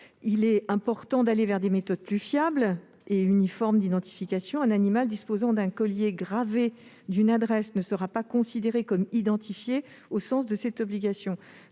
il est important d'aller vers des méthodes plus fiables et uniformes d'identification. Un animal disposant d'un collier gravé d'une adresse ne sera pas considéré comme identifié au sens de cette obligation.